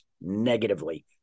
negatively